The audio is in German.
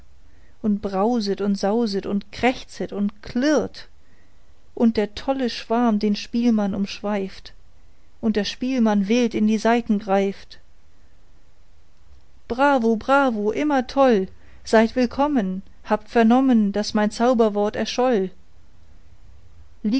und brauset und sauset und krächzet und klirrt und der tolle schwarm den spielmann umschweift und der spielmann wild in die saiten greift bravo bravo immer toll seid willkommen habt vernommen daß mein zauberwort erscholl